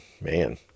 man